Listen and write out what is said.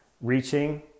reaching